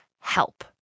help